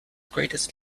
greatest